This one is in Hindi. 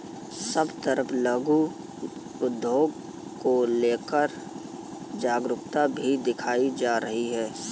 सब तरफ लघु उद्योग को लेकर जागरूकता भी दिखाई जा रही है